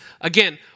again